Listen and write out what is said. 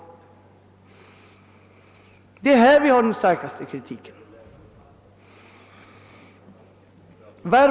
Det är på denna punkt vi har den starkaste kritiken att anföra.